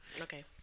Okay